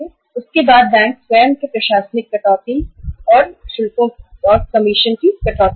उसके बाद बैंक अपने स्वयं को प्रशासनिक शुल्क और कमीशन की कटौती करेगा